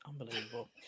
unbelievable